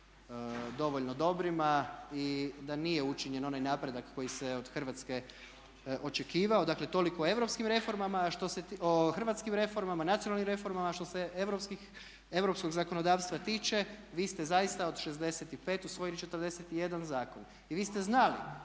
dovoljno dobrima i da nije učinjen onaj napredak koji se od Hrvatske očekivao. Dakle, toliko o europskim reformama, o hrvatskim reformama, nacionalnim reformama. A što se europskog zakonodavstva tiče vi ste zaista od 65 usvojili 41 zakon. I vi ste znali